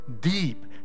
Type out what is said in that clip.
deep